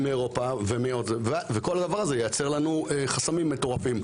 מאירופה וכל זה ייצר לנו חסמים מטורפים.